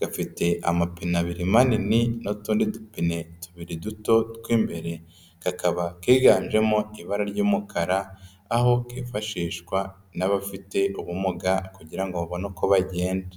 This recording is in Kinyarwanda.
gafite amapine abiri manini n'utundi dupine tubiri duto tw'imbere, kakaba kiganjemo ibara ry'umukara aho kifashishwa n'abafite ubumuga kugirango ngo babone uko bagenda.